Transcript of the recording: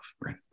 right